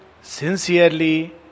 sincerely